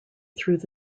through